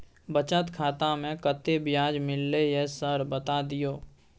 बचत खाता में कत्ते ब्याज मिलले ये सर बता दियो?